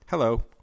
Hello